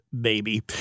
baby